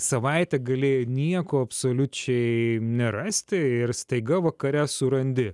savaitę galėjai nieko absoliučiai nerasti ir staiga vakare surandi